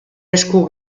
esku